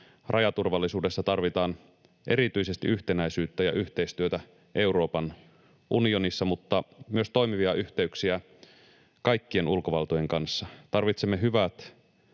rajaturvallisuudessa tarvitaan erityisesti yhtenäisyyttä ja yhteistyötä Euroopan unionissa mutta myös toimivia yhteyksiä kaikkien ulkovaltojen kanssa. Tarvitsemme hyvät,